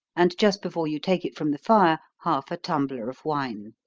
and just before you take it from the fire, half a tumbler of wine.